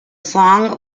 song